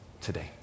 today